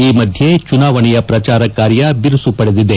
ಈ ಮಧ್ಯೆ ಚುನಾವಣೆಯ ಪ್ರಚಾರ ಕಾರ್ಯ ಬಿರುಸುಪಡೆದಿದೆ